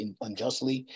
unjustly